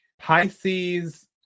Pisces